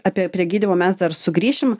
apie prie gydymo mes dar sugrįšim